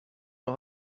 راه